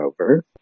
over